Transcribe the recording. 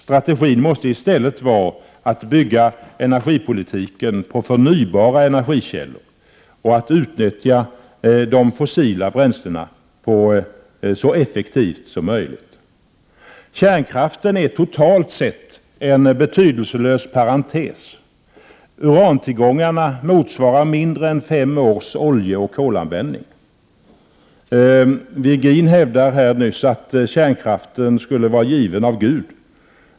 Strategin måste i stället vara att bygga energipolitiken på förnybara energikällor och att utnyttja de fossila bränslena så effektivt som möjligt. Kärnkraften är totalt sett en betydelselös parentes. Urantillgångarna motsvarar mindre än fem års oljeoch kolanvändning. Ivar Virgin hävdade nyss att kärnkraften skulle vara given av Gud.